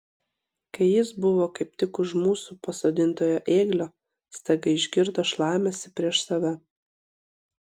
kai jis buvo kaip tik už mūsų pasodintojo ėglio staiga išgirdo šlamesį prieš save